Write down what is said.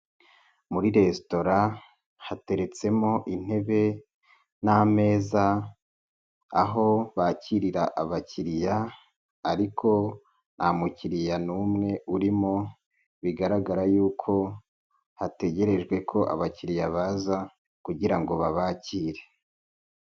Muri resistaura hateretsemo intebe n'ameza, aho bakirira abakiriya, ariko nta mukiriya n'umwe urimo, bigaragara y'uko hategerejwe ko abakiriya baza kugira ngo babakire.